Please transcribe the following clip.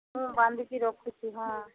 ମୁଁ ବାନ୍ଧିକି ରଖୁଛି ହଁ